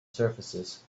surfaces